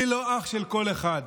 אני לא אח של כל אחד.